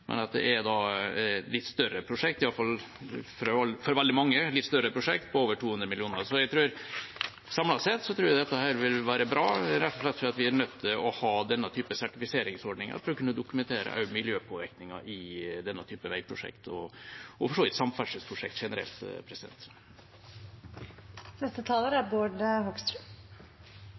For veldig mange er det litt større prosjekt, på over 200 mill. kr. Så samlet sett tror jeg dette vil være bra, rett og slett fordi vi er nødt til å ha denne typen sertifiseringsordninger for også å kunne dokumentere miljøpåvirkninger i denne typen veiprosjekt, og for så vidt samferdselsprosjekt generelt. Jeg er litt usikker på hvor mange i denne salen jeg klarer å overbevise om at dette burde vi kutte ut. Men utgangspunktet vårt er